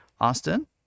Austin